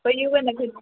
बै U N academy